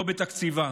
לא בתקציבה.